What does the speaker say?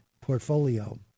portfolio